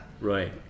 right